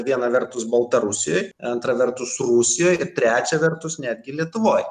viena vertus baltarusijoj antra vertus rusijoj ir trečia vertus netgi lietuvoj